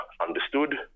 understood